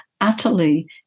utterly